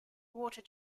water